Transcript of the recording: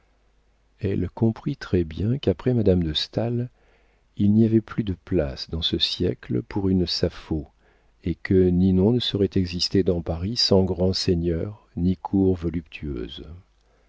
elle comprit très bien qu'après madame de staël il n'y avait plus de place dans ce siècle pour une sapho et que ninon ne saurait exister dans paris sans grands seigneurs ni cour voluptueuse